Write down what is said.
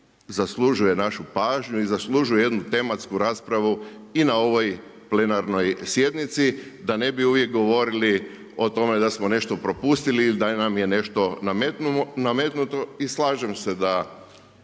zaslužuje našu pažnju i zaslužuje jednu tematsku raspravu i na ovoj plenarnoj sjednici da ne bi uvijek govorili o tome da smo nešto propustili ili da nam je nešto nametnuto. I slažem se da